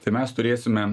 tai mes turėsime